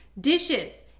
dishes